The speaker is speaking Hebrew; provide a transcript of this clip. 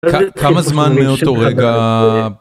‫כמה זמן מאותו רגע...